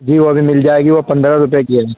جی وہ بھی مل جائے گی وہ پندرہ روپے کی ہے